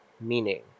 meaning